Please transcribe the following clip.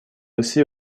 aussi